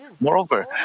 Moreover